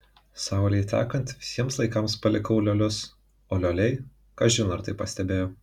saulei tekant visiems laikams palikau liolius o lioliai kažin ar tai pastebėjo